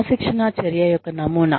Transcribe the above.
క్రమశిక్షణా చర్య యొక్క నమూనా